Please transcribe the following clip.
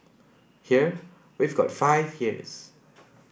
here we've got five years